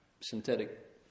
synthetic